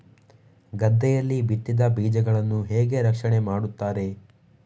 ಗದ್ದೆಯಲ್ಲಿ ಬಿತ್ತಿದ ಬೀಜಗಳನ್ನು ಹೇಗೆ ರಕ್ಷಣೆ ಮಾಡುತ್ತಾರೆ?